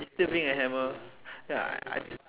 you still bring a hammer I I